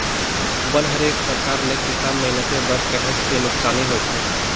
बन हर एक परकार ले किसान मइनसे बर काहेच के नुकसानी होथे